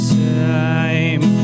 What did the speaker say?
time